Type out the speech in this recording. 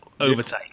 overtake